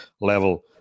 level